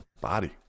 body